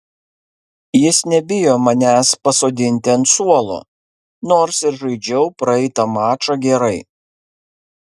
jis nebijo manęs pasodinti ant suolo nors ir žaidžiau praeitą mačą gerai